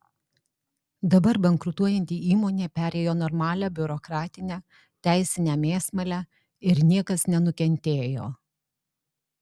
dabar bankrutuojanti įmonė perėjo normalią biurokratinę teisinę mėsmalę ir niekas nenukentėjo